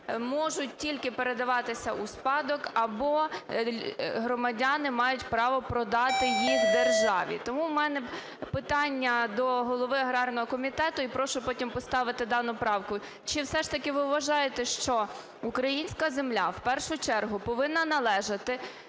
можуть тільки передаватися у спадок або громадяни мають право продати їх державі. Тому у мене питання до голови аграрного комітету, і прошу потім поставити дану правку. Чи все ж таки ви вважаєте, що українська земля в першу чергу повинна належати